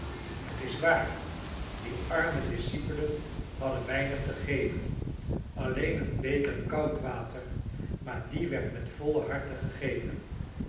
het is waar die arme discipelen hadden weinig te geven alleen een beker koud water maar die werd met volle harten gegeven